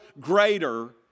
greater